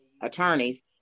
attorneys